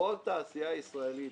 כל תעשייה ישראלית,